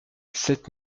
sept